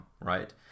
right